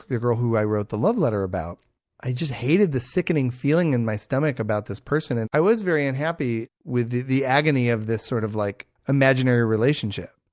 the girl who i wrote the love letter about, and i just hated the sickening feeling in my stomach about this person. and i was very unhappy with the the agony of this sort of like imaginary relationship.